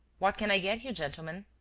what can i get you, gentlemen?